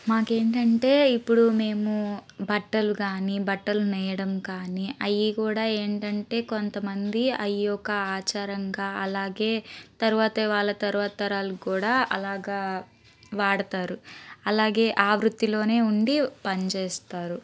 మాకేంటంటే ఇప్పుడు మేము బట్టలు కానీ బట్టలు నేయడం కానీ అవి కూడా ఏంటంటే కొంతమంది అవి ఒక ఆచరంగా అలాగే తర్వాత వాళ్ళ తర్వాత తరాలకు కూడా అలాగా వాడతారు అలాగే ఆ వృతిలోనే ఉండి పనిచేస్తారు